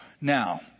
Now